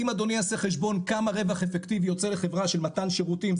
אם אדוני יעשה חשבון כמה רווח אפקטיבי יוצא לחברה של מתן שירותים,